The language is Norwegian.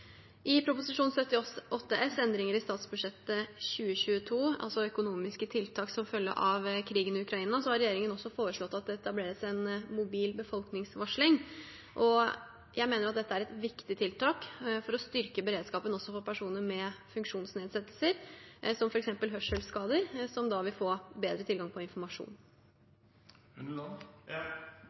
I Prop. 78 S for 2021–2022 Endringer i statsbudsjettet 2022, økonomiske tiltak som følge av krigen i Ukraina, har regjeringen også foreslått at det etableres en mobil befolkningsvarsling. Jeg mener at dette er et viktig tiltak for å styrke beredskapen også for personer med funksjonsnedsettelse, som f.eks. hørselsskader, som da vil få bedre tilgang på informasjon.